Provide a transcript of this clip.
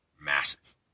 massive